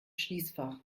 schließfach